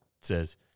says